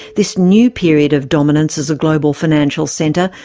this new period of dominance as a global financial centre,